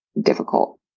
difficult